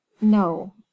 no